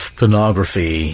pornography